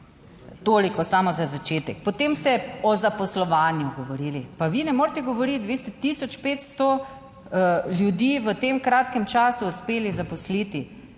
Toliko samo za začetek. Potem ste o zaposlovanju govorili, pa vi ne morete govoriti. Vi ste tisoč 500 ljudi v tem kratkem času uspeli zaposliti,